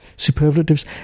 superlatives